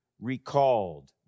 recalled